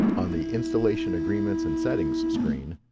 on the installation agreements and settings screen,